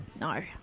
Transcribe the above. no